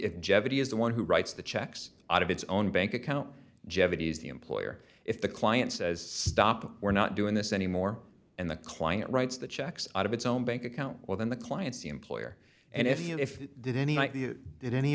in jeopardy is the one who writes the checks out of its own bank account jetties the employer if the client says stop we're not doing this anymore and the client writes the checks out of it's own bank account or than the client's employer and if did any